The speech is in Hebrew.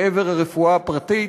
לעבר הרפואה הפרטית,